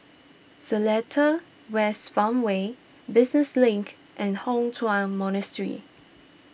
Seletar West Farmway Business Link and Hock Chuan Monastery